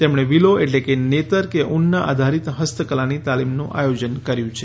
તેમણે વિલો એટલે કે નેતર કે ઉનના આધારીત ફસ્તકલાની તાલીમનું આયોજન કર્યુ છે